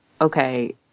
okay